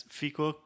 ficou